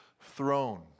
throne